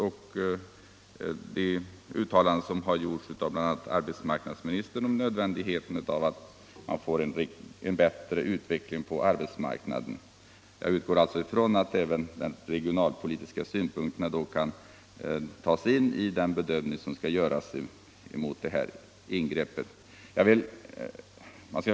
Också arbetsmarknadsministern har i interpellationssvar till mig framhållit nödvändigheten av att få en bättre sysselsättning. Jag utgår således från att även de regionalpolitiska synpunkterna tas in i den bedömning som skall göras vid framtida etableringsbeslut.